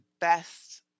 best